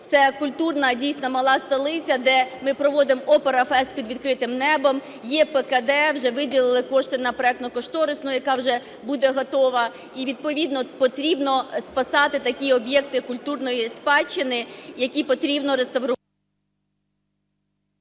це культурна, дійсно, мала столиця, де ми проводимо ОпераФест під відкритим небом, є ПКД, вже виділили кошти на проектно-кошторисну, яка вже буде готова, і відповідно потрібно спасати такі об'єкти культурної спадщини, які потрібно реставрувати…